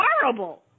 horrible